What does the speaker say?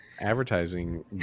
advertising